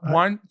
one